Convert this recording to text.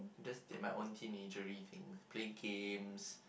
just did my own teenager things play games